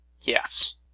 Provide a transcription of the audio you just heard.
Yes